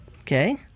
Okay